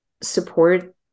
support